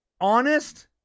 honest